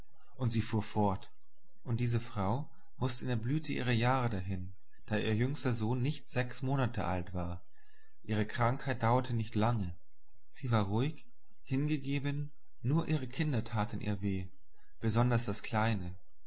worden und sie fuhr fort und diese frau mußte in der blüte ihrer jahre dahin da ihr jüngster sohn nicht sechs monate alt war ihre krankheit dauerte nicht lange sie war ruhig hingegeben nur ihre kinder taten ihr weh besonders das kleine